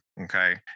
Okay